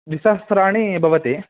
द्विसहस्राणि भवति